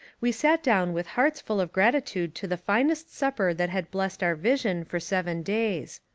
we sat down with hearts full of gratitude to the finest supper that had blessed our vision for seven days.